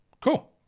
Cool